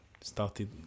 started